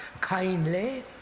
kindly